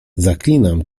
zaklinam